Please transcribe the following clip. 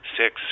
six